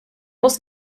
muss